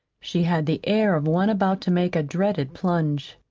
she had the air of one about to make a dreaded plunge.